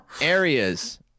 areas